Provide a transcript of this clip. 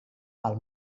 pel